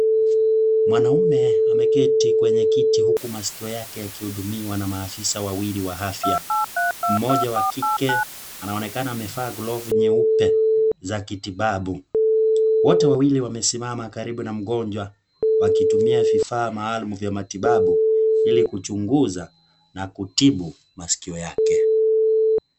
Mwanaume ameketi kwenye kiti huku maskio yake yakihudumiwa na maafisa wawili wa afya, mmoja wa kike anaonekana amevaa glovu nyeupe za kitibabu wote wawili wamesimama karibu na mgonjwa wakitumia vifaa maalum vya matibabu ili kuchunguza na kutibu maskio yake.